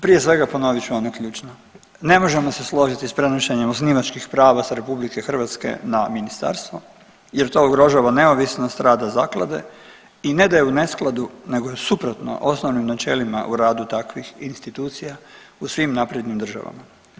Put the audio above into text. Prije svega ponovit ću ono ključno, ne možemo se složiti s prenošenjem osnivačkih prava s RH na ministarstvo jer to ugrožava neovisnost rada zaklade i ne da je u neskladu nego je suprotno osnovnim načelima u radu takvih institucija u svim naprednim državama.